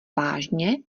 vážně